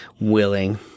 willing